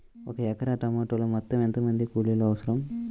ఒక ఎకరా టమాటలో మొత్తం ఎంత మంది కూలీలు అవసరం?